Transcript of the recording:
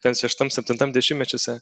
ten šeštam septintam dešimtmečiuose